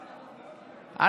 א.